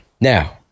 now